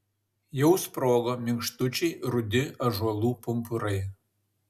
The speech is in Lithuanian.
jau sprogo minkštučiai rudi ąžuolų pumpurai